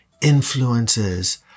influences